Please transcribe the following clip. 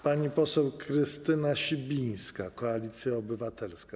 Pani poseł Krystyna Sibińska, Koalicja Obywatelska.